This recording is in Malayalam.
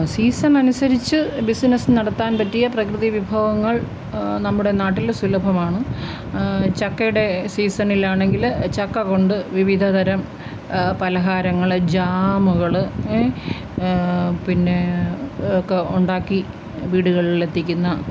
സീസൺ അനിസരിച്ച് ബിസിനസ് നടത്താൻ പറ്റിയ പ്രകൃതി വിഭവങ്ങൾ നമ്മുടെ നാട്ടിൽ സുലഭമാണ് ചക്കയുടെ സീസണിൽ ആണെങ്കില് ചക്ക കൊണ്ട് വിവിധതരം പലഹാരങ്ങൾ ജാമുകള് പിന്നേ ഒക്കെ ഉണ്ടാക്കി വീടുകളിലെത്തിക്കുന്ന